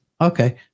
Okay